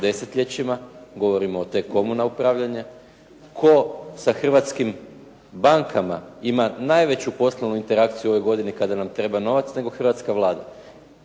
desetljećima? Govorimo o T-Comu na upravljanje. Tko sa hrvatskim bankama ima najveću poslovnu interakciju u ovoj godini kada nam treba novac nego hrvatska Vlada.